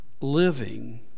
living